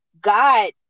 God